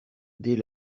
des